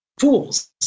fools